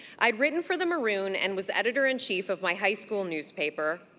i'd written for the maroon and was editor-in-chief of my high school newspaper.